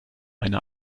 eine